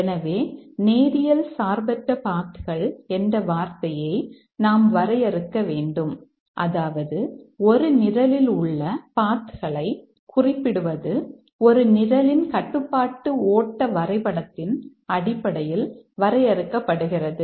இப்போது பாத் களை குறிப்பிடுவது ஒரு நிரலின் கட்டுப்பாட்டு ஓட்ட வரைபடத்தின் அடிப்படையில் வரையறுக்கப்படுகிறது